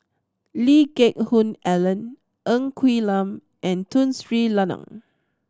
Lee Geck Hoon Ellen Ng Quee Lam and Tun Sri Lanang